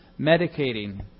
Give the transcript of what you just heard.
Medicating